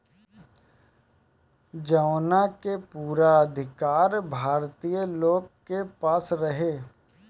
जवना के पूरा अधिकार भारतीय लोग के पास रहे